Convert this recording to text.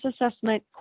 assessment